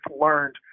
learned